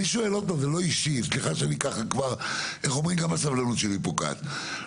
אני שואל, זה לא אישי, אבל גם הסבלנות שלי פוקעת.